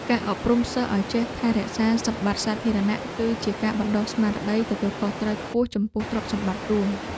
ការអប់រំសិស្សឱ្យចេះថែរក្សាសម្បត្តិសាធារណៈ គឺជាការបណ្តុះស្មារតីទទួលខុសត្រូវខ្ពស់ចំពោះទ្រព្យសម្បត្តិរួម។